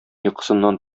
йокысыннан